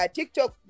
TikTok